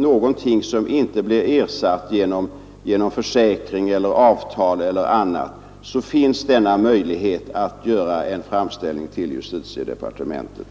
någon skada inte blir ersatt genom försäkring, avtal eller på annat sätt, så finns denna möjlighet att göra en framställning till justitiedepartementet.